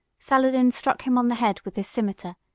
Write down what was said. saladin struck him on the head with his cimeter,